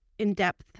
in-depth